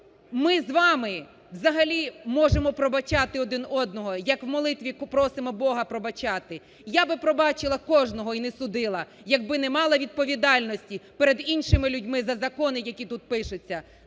ми з вами взагалі можемо пробачати один одного, як в молитві просимо бога пробачати. Я б пробачила кожного і не судила, якби не мала відповідальності перед іншими людьми за закони, які тут пишуться.